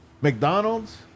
McDonald's